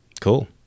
Cool